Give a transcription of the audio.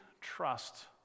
trust